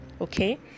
okay